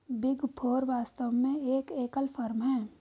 big four वास्तव में एक एकल फर्म है